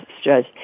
stress